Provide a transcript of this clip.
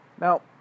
Now